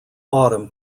autumn